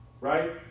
Right